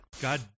god